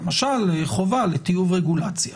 למשל חובה לטיוב רגולציה,